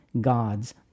God's